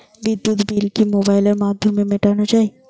বিদ্যুৎ বিল কি মোবাইলের মাধ্যমে মেটানো য়ায়?